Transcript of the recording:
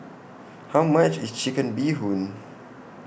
How much IS Chicken Bee Hoon